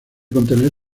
contener